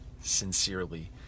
sincerely